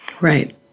Right